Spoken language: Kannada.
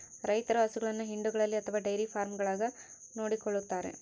ರೈತರು ಹಸುಗಳನ್ನು ಹಿಂಡುಗಳಲ್ಲಿ ಅಥವಾ ಡೈರಿ ಫಾರ್ಮ್ಗಳಾಗ ನೋಡಿಕೊಳ್ಳುತ್ತಾರೆ